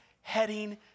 heading